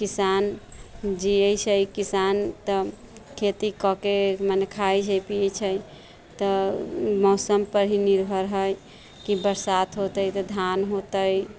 किसान जियै छै किसान तऽ खेती कऽके मने खाइ छै पियै छै तऽ मौसमपर ही निर्भर हइ कि बरसात होतै तऽ धान होतै